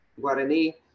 Guarani